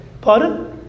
Pardon